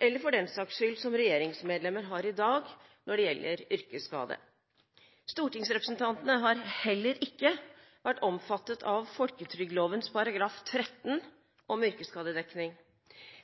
eller, for den saks skyld, som regjeringsmedlemmer har i dag når det gjelder yrkesskade. Stortingsrepresentantene har heller ikke vært omfattet av folketrygdloven kapittel 13 om yrkesskadedekning.